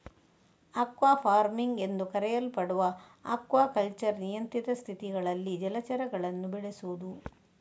aqua farming ಎಂದೂ ಕರೆಯಲ್ಪಡುವ aquaculture ನಿಯಂತ್ರಿತ ಸ್ಥಿತಿಗಳಲ್ಲಿ ಜಲಚರಗಳನ್ನು ಬೆಳೆಸುದು